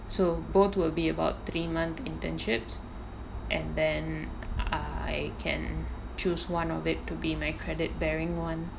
so both will be about three month internships and then I can choose one of it to be my credit bearing [one]